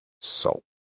Salt